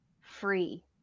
free